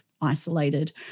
isolated